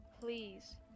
please